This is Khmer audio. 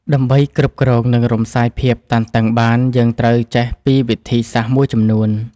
ដើម្បីគ្រប់គ្រង និងរំសាយភាពតានតឹងបាន យើងត្រូវចេះពីវិធីសាស្ត្រមួយចំនួន។